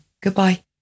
Goodbye